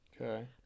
Okay